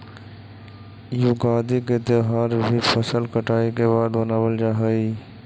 युगादि के त्यौहार भी फसल कटाई के बाद मनावल जा हइ